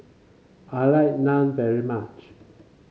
I like Naan very much